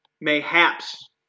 mayhaps